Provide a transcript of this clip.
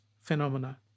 phenomena